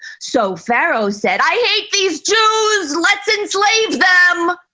so, pharaoh said, i hate these jews, let's enslave them!